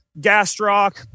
gastroc